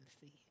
see